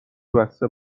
بسته